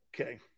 Okay